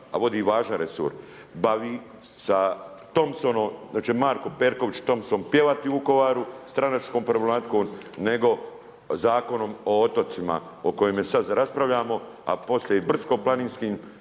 a vodi važan resur, bavi sa Thompsonom, da će Marko Perković Thompson pjevati u Vukovaru, stranačkom problematikom nego Zakonom o otocima o kojem sad raspravljamo, a poslije i brdsko-planinskim